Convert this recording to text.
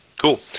cool